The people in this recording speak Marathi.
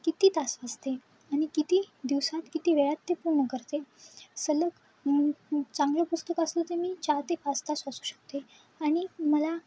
किती तास वाचते आणि किती दिवसात किती वेळात ते पूर्ण करते सलग चांगलं पुस्तक असलं ते मी चार ते पाच तास वाचू शकते आणि मला